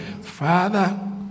Father